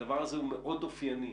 הדבר הזה מאוד אופייני